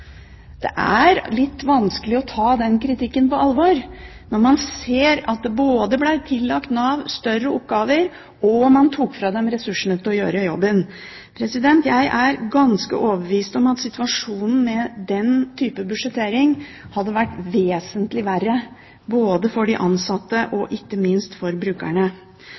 Det er litt vanskelig å ta den kritikken på alvor når man ser at både ble Nav tillagt større oppgaver, og man tok fra dem ressursene til å gjøre jobben. Jeg er ganske overbevist om at med den type budsjettering hadde situasjonen vært vesentlig verre, både for de ansatte og, ikke minst, for brukerne.